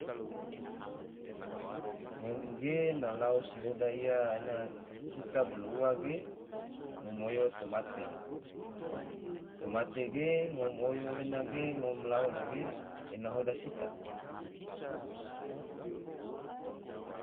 ngom ge na lao se hoda ia ena sita bolo ua ge ngo oyo tomate, tomate ge ngom oyo ena ge ngom lao nage ena hoda sita